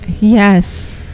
Yes